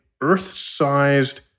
Earth-sized